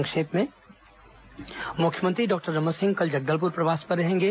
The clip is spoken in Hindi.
संक्षिप्त समाचार मुख्यमंत्री डॉक्टर रमन सिंह कल जगदलपुर प्रवास पर रहेंगे